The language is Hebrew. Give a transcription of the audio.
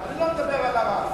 אני לא מדבר על הרף,